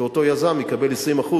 זה שאותו יזם יקבל 20%